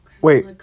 wait